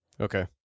okay